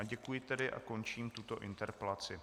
Děkuji a končím tuto interpelaci.